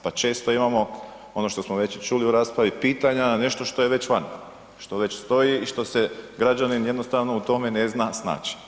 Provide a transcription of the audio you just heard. Pa često imamo ono što smo već i čuli u raspravi pitanja, nešto što je već vani, što već stoji i što se građanin jednostavno u tome ne zna snaći.